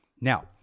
Now